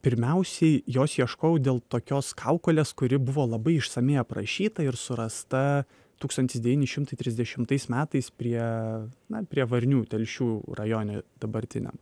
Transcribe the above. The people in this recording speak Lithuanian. pirmiausiai jos ieškojau dėl tokios kaukolės kuri buvo labai išsamiai aprašyta ir surasta tūkstantis devyni šimtai trisdešimtais metais prie na prie varnių telšių rajone dabartiniam